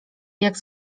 jak